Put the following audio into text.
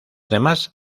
demás